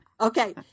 Okay